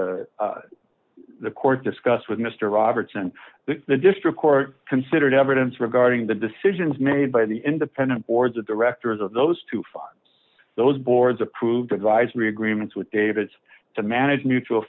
as the court discussed with mr robertson the district court considered evidence regarding the decisions made by the independent boards of directors of those two fines those boards approved advisory agreements with david to manage mutual